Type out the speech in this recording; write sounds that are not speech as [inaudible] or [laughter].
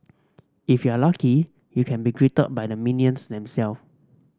if you're lucky you can be greeted by the minions [unintelligible]